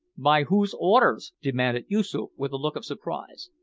by whose orders? demanded yoosoof with a look of surprise.